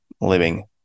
living